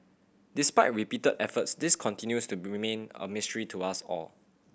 despite repeated efforts this continues to remain a mystery to us all